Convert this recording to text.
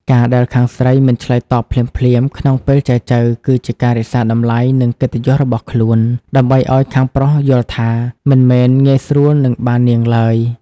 ការដែលខាងស្រីមិនឆ្លើយតបភ្លាមៗក្នុងពេលចែចូវ គឺជាការរក្សាតម្លៃ និងកិត្តិយសរបស់ខ្លួន ដើម្បីឱ្យខាងប្រុសយល់ថា មិនមែនងាយស្រួលនឹងបាននាងឡើយ។